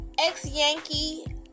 Ex-Yankee